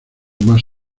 más